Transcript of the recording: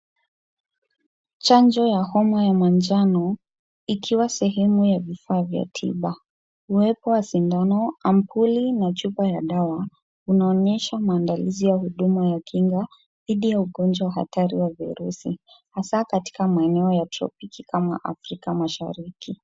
Chanjo ya homa ya manjano ikiwa sehemu ya vifaa vya tiba huwekwa sindano, ampuli na chupa ya dawa. unaonyesha maandalizi ya huduma ya kinga dhidi ya ugonjwa hatari wa virusi. Haswa katika maeneo ya tropiki kama Afrika mashariki